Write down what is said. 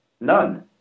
none